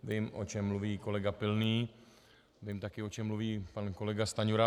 Vím, o čem mluví kolega Pilný, vím také, o čem mluví pan kolega Stanjura.